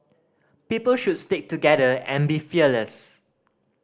people should stick together and be fearless